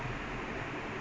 ya true true